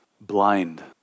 blind